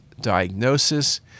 diagnosis